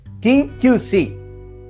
TQC